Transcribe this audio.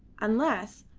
unless,